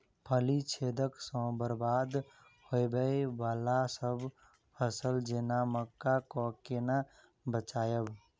फली छेदक सँ बरबाद होबय वलासभ फसल जेना मक्का कऽ केना बचयब?